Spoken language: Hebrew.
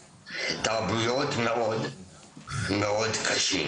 אני יכול להיחנק בתוך חמש דקות אם לא תהיה לי עזרה קרובה.